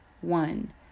One